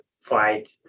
fight